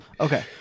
Okay